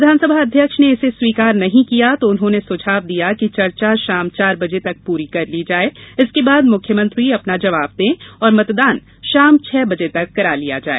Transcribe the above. विधानसभा अध्यक्ष ने इसे स्वीकार नहीं किया तो उन्होंने सुझाव दिया कि चर्चा शाम चार बजे तक पूरी कर ली जाए इसके बाद मुख्यमंत्री अपना जवाब दें और मतदान शाम छह बजे तक करा लिया जाए